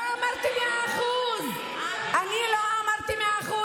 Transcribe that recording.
לא אמרתי 100%. אני לא אמרתי 100%,